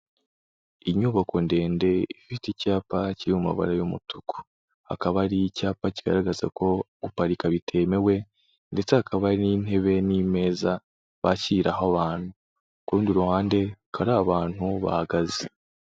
Inyubako ndende ifite icyapa kiri mu mabara y'umutuku, hakaba hari icyapa kigaragaza ko guparika bitemewe ndetse hakaba hari n'intebe n'imeza bakiriraho abantu, ku rundi ruhande hakaba hari abantu bahagaze.